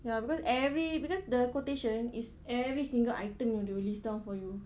ya because every because the quotation is every single item they will list down for you